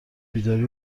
بیداری